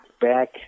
back